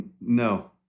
No